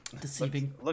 Deceiving